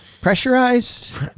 Pressurized